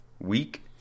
week